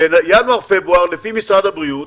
בינואר-פברואר, לפי משרד הבריאות,